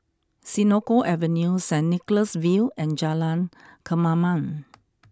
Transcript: Senoko Avenue Saint Nicholas View and Jalan Kemaman